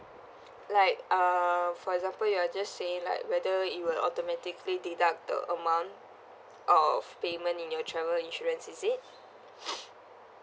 like uh for example you're just saying like whether it will automatically deduct the amount of payment in your travel insurance is it